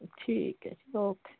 ਠੀਕ ਹੈ ਜੀ ਓਕੇ